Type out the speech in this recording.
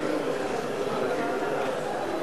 חמש דקות.